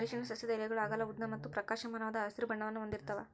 ಅರಿಶಿನ ಸಸ್ಯದ ಎಲೆಗಳು ಅಗಲ ಉದ್ದ ಮತ್ತು ಪ್ರಕಾಶಮಾನವಾದ ಹಸಿರು ಬಣ್ಣವನ್ನು ಹೊಂದಿರ್ತವ